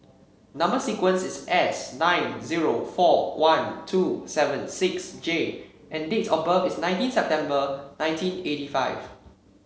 number sequence is S nine zero four one two seven six J and date of birth is nineteen September nineteen eighty five